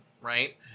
right